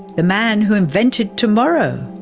the man who invented tomorrow,